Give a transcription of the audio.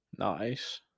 Nice